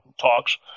talks